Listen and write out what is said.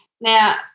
Now